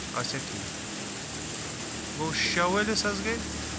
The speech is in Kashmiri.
اَچھا ٹھیٖک ٹھیٖک گوٚو شیٚے وٲلِس حظ گٔے